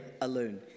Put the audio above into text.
alone